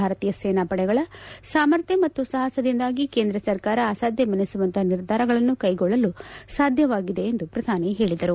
ಭಾರತೀಯ ಸೇನಾಪಡೆಗಳ ಸಾಮರ್ಥ್ಲ ಮತ್ತು ಸಾಪಸದಿಂದಾಗಿ ಕೇಂದ್ರ ಸರ್ಕಾರ ಅಸಾಧ್ಯವೆನಿಸುವಂತಹ ನಿರ್ಧಾರಗಳನ್ನು ಕ್ಷೆಗೊಳ್ಳಲು ಸಾಧ್ಯವಾಗಿದೆ ಎಂದು ಪ್ರಧಾನಿ ಹೇಳಿದರು